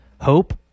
Hope